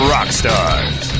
Rockstars